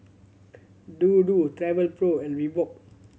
Dodo Travelpro and Reebok